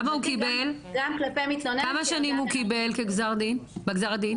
כמה שנים הוא קיבל בגזר הדין?